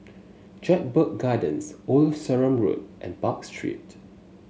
Jedburgh Gardens Old Sarum Road and Park Street